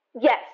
Yes